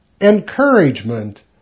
encouragement